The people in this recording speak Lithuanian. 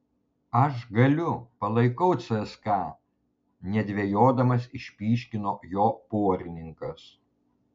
aš galiu palaikau cska nedvejodamas išpyškino jo porininkas